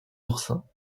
oursins